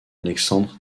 alexandre